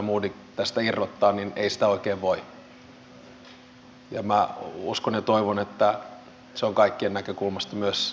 eli meidän pitää mahdollisesti ajatella onko meillä uhkia ja missä paikassa